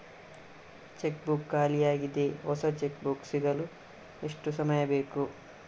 Check book ಖಾಲಿ ಯಾಗಿದೆ, ಹೊಸ ಚೆಕ್ ಬುಕ್ ಸಿಗಲು ಎಷ್ಟು ಸಮಯ ಬೇಕು?